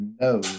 No